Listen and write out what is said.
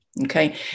Okay